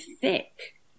thick